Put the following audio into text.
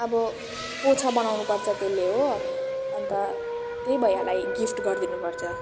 अब पोचा बनाउनु पर्छ त्यसले हो अन्त त्यही भैयालाई गिफ्ट गरिदिनु पर्छ